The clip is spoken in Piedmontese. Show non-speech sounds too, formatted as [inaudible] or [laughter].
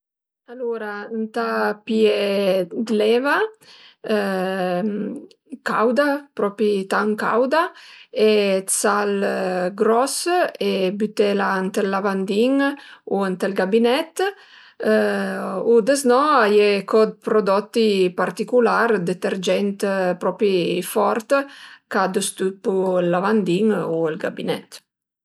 Alura ëntà pìé d'eva [hesitation] cauda, propi tant cauda e 'd sal gros e bütelà ënt ël lavandin u ënt ël gabinèt u dëzno a ie co 'd prodotti particular, detergent propi fort ch'a dëstüppu ëòl lavandin u ël gabinèt